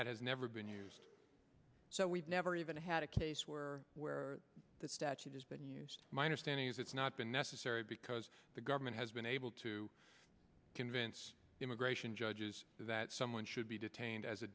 that has never been used so we've never even had a case where where the statute is but my understanding is it's not been necessary because the government has been able to convince immigration judges that someone should be detained as a